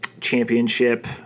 championship